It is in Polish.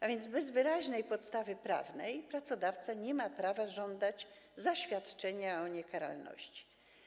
A więc bez wyraźnej podstawy prawnej pracodawca nie ma prawa żądać zaświadczenia o niekaralności.